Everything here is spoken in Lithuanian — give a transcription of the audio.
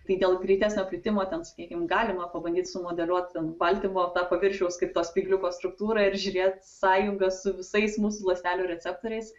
tai dėl greitesnio plitimo ten sakykim galima pabandyt sumodeliuot ten baltymo tą paviršiaus kaip to spygliuko struktūrą ir žiūrėt sąjungą su visais mūsų ląstelių receptoriais